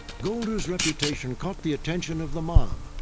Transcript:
golder's reputation caught the attention of the mob.